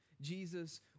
Jesus